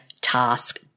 task